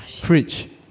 Fridge